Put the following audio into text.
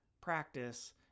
practice